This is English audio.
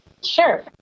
Sure